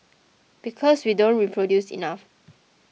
because we don't reproduce enough